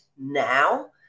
now